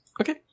Okay